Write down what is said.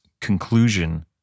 conclusion